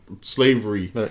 Slavery